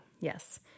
Yes